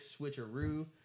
switcheroo